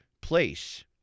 place